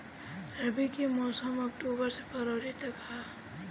रबी के मौसम अक्टूबर से फ़रवरी तक ह